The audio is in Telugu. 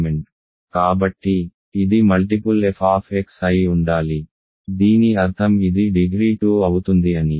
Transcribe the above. కాబట్టి ఇది మల్టిపుల్ f ఆఫ్ x అయి ఉండాలి దీని అర్థం ఇది డిగ్రీ 2 అవుతుంది అని